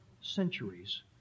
centuries